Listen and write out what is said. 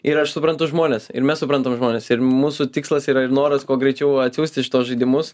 ir aš suprantu žmones ir mes suprantam žmones ir mūsų tikslas yra ir noras kuo greičiau atsiųsti šituos žaidimus